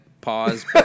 pause